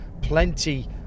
Plenty